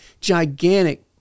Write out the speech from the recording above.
gigantic